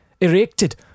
erected